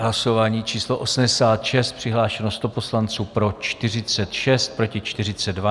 Hlasování číslo 86, přihlášeno 100 poslanců, pro 46, proti 42.